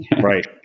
right